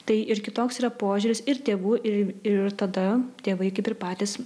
tai ir kitoks yra požiūris ir tėvų ir ir tada tėvai kaip ir patys